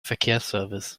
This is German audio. verkehrsservice